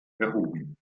erhoben